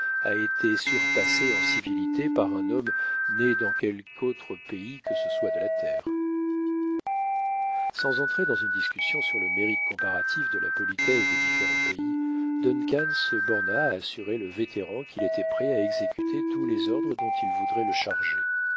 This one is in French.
a été surpassé en civilité par un homme né dans quelque autre pays que ce soit de la terre sans entrer dans une discussion sur le mérite comparatif de la politesse des différents pays duncan se borna à assurer le vétéran qu'il était prêt à exécuter tous les ordres dont il voudrait le charger